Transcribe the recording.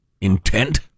Intent